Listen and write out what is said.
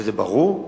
וזה ברור.